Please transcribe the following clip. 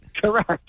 Correct